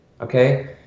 Okay